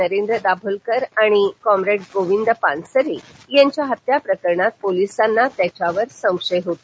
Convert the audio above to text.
नरेंद्र दाभोलकर आणि कॉप्रेड गोविंद पानसरे यांच्या हत्या प्रकरणात पोलिसांना त्याच्यावर संशय होता